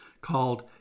called